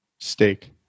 Steak